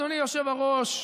אדוני היושב-ראש,